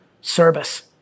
service